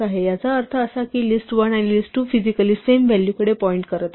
तर याचा अर्थ असा की list1 आणि list2 फिजिकली सेम व्हॅलू कडे पॉईंट करीत आहेत